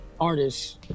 artists